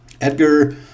Edgar